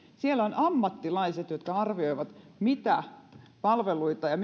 siellä on ammattilaiset jotka arvioivat mitä ja